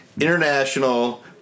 international